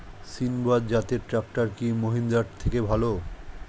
সিণবাদ জাতের ট্রাকটার কি মহিন্দ্রার থেকে ভালো?